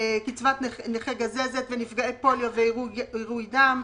קצבת נכי גזזת ונפגעי פוליו ועירוי דם,